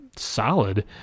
solid